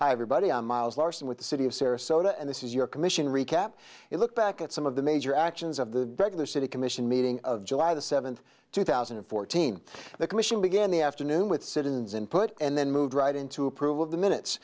hi everybody i'm miles larsen with the city of sarasota and this is your commission recap a look back at some of the major actions of the regular city commission meeting of july the seventh two thousand and fourteen the commission began the afternoon with citizens input and then moved right into approval of the